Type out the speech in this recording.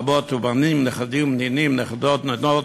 אבות ובנים, נכדים, נינים, נכדות, נינות,